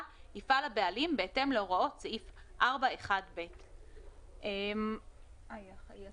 יפעל הבעלים בהתאם להוראות סעיף 4(1)(ב)." אולי